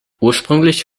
ursprünglich